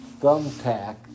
Thumbtack